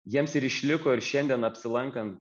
jiems ir išliko ir šiandien apsilankant